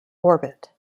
orbit